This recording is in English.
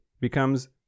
becomes